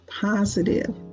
positive